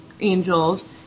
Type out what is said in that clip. angels